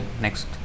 next